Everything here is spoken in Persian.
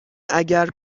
اگر